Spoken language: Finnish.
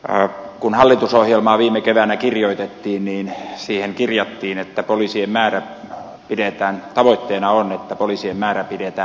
kun hallitusohjelmaa viime keväänä kirjoitettiin siihen kirjattiin että tavoitteena on poliisien määrän pitäminen nykyisellään